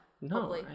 no